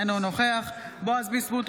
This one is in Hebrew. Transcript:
אינו נוכח בועז ביסמוט,